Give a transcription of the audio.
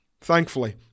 Thankfully